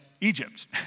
Egypt